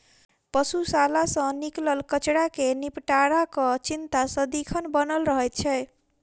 पशुशाला सॅ निकलल कचड़ा के निपटाराक चिंता सदिखन बनल रहैत छै